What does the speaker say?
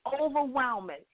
overwhelming